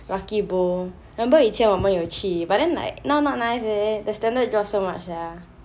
lucky bowl remember 以前我们有去 but then like now not nice leh the standard drop so much sia